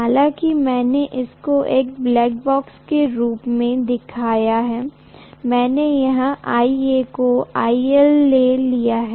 हालांकि मैंने उसको एक ब्लैक बॉक्स के रूप में दिखाया है मैंने यहा IA को IL ले लिया है